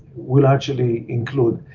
we'll actually include.